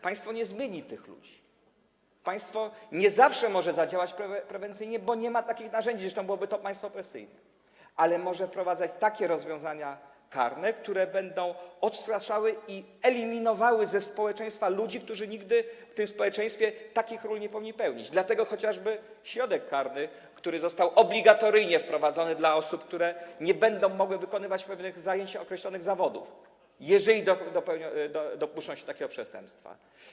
Państwo nie zmieni tych ludzi, państwo nie zawsze może zadziałać prewencyjnie, bo nie ma takich narzędzi, zresztą byłoby to państwo opresyjne, ale może wprowadzać takie rozwiązania karne, które będą odstraszały i eliminowały ze społeczeństwa ludzi, którzy nigdy w tym społeczeństwie takich ról nie powinni pełnić, dlatego chodzi chociażby o środek karny, który został obligatoryjnie wprowadzony dla osób, które nie będą mogły wykonywać pewnych zajęć, określonych zawodów, jeżeli dopuszczą się takiego przestępstwa.